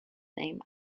named